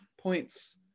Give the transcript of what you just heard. points